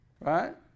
Right